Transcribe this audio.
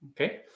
Okay